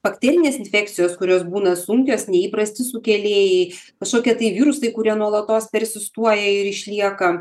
bakterinės infekcijos kurios būna sunkios neįprasti sukėlėjai kažkokie tai virusai kurie nuolatos persistuoja ir išlieka